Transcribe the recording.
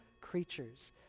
creatures